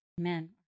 Amen